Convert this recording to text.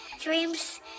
Dreams